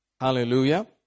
Hallelujah